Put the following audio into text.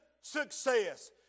success